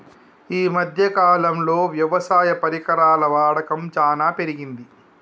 ఈ మధ్య కాలం లో వ్యవసాయ పరికరాల వాడకం చానా పెరిగింది